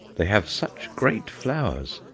they have such great flowers,